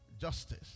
Justice